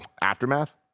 aftermath